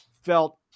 felt